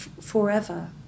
forever